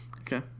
Okay